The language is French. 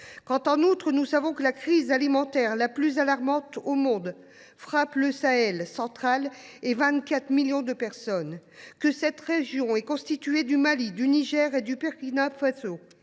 En outre, la crise alimentaire la plus alarmante au monde frappe le Sahel central et 24 millions de personnes, dans une région constituée du Mali, du Niger et du Burkina Faso